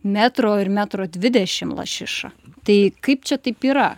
metro ir metro dvidešim lašišą tai kaip čia taip yra